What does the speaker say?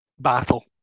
battle